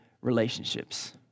relationships